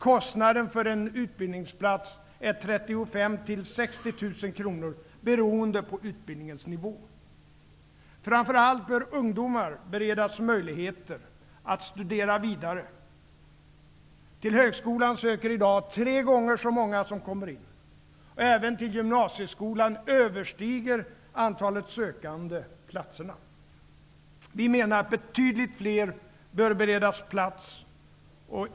Kostnaderna för en utbildningsplats är 35 000--60 000 kronor, beroende på utbildningens nivå. Framför allt bör ungdomar beredas möjlighet att studera vidare. Till högskolan söker i dag tre gånger så många som kommer in. Även i gymnasieskolan överstiger antalet sökande platserna. Vi menar att betydligt fler bör beredas plats.